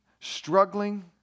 struggling